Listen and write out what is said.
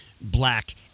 black